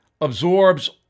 absorbs